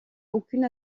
aucune